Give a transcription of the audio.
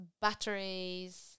batteries